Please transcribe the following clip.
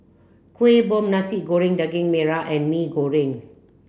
Kuih Bom Nasi Goreng Gaging Merah and Mee Goreng